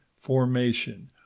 Formation